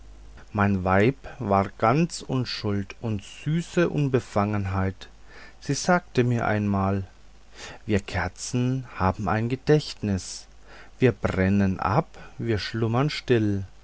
mein weib war ganz unschuld und süße unbefangenheit sie sagte mir einmal wir kerzen haben ein gedächtnis wir brennen ab wir schlummern still